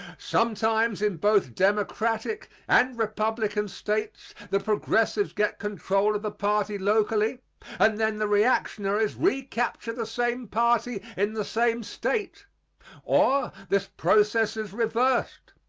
sometimes in both democratic and republican states the progressives get control of the party locally and then the reactionaries recapture the same party in the same state or this process is reversed.